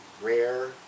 rare